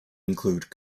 include